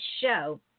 show